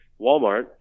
Walmart